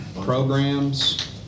programs